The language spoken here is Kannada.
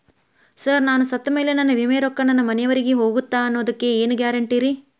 ಸರ್ ನಾನು ಸತ್ತಮೇಲೆ ನನ್ನ ವಿಮೆ ರೊಕ್ಕಾ ನನ್ನ ಮನೆಯವರಿಗಿ ಹೋಗುತ್ತಾ ಅನ್ನೊದಕ್ಕೆ ಏನ್ ಗ್ಯಾರಂಟಿ ರೇ?